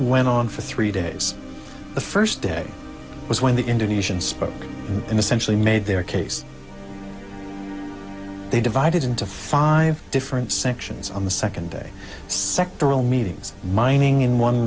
went on for three days the first day was when the indonesians spoke and essentially made their case they divided into five different sections on the second day sectoral meetings mining in one